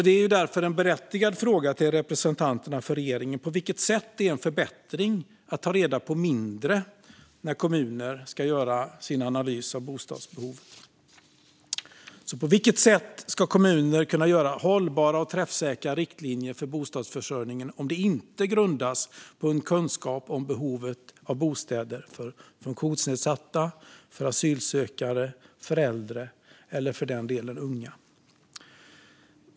Det är därför en berättigad fråga till representanterna för regeringen på vilket sätt det är en förbättring att ta reda på mindre när kommuner ska göra sin analys av bostadsbehovet. På vilket sätt ska kommuner kunna göra hållbara och träffsäkra riktlinjer för bostadsförsörjningen om det inte grundas på en kunskap om behovet av bostäder för funktionsnedsatta, för asylsökande, för äldre eller för den delen för unga?